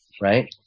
right